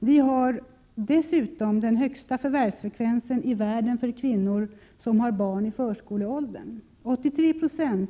Sverige har dessutom den högsta förvärvsfrekvensen i världen för kvinnor som har barn i förskoleåldern. 83 20